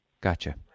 Gotcha